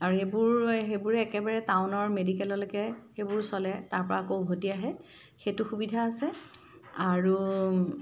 আৰু এইবোৰ সেইবোৰে একেবাৰে টাউনৰ মেডিকেললৈকে সেইবোৰ চলে তাৰপৰা আকৌ উভতি আহে সেইটো সুবিধা আছে আৰু